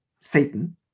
Satan